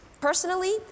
Personally